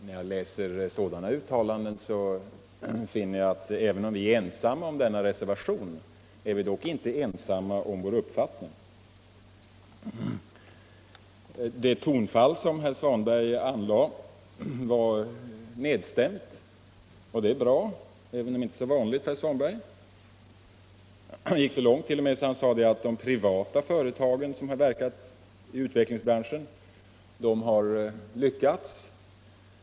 När jag läser sådana uttalanden finner jag att vi, även om vi är ensamma om vår reservation, inte är ensamma om vår uppfattning. Herr Svanbergs tonfall var nedstämt, och det är bra — även om det inte är så vanligt. Herr Svanberg gick t.o.m. så långt att han sade att de privata företag som hade verkat i utvecklingsbranschen har lyckats.